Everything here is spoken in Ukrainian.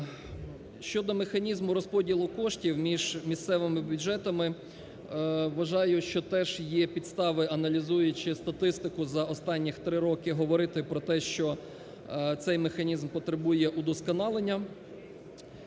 Щодо механізму розподілу коштів між місцевими бюджетами вважаю, що теж є підстави, аналізуючи статистику за останніх три роки, говорити про те, що цей механізм потребує удосконалення.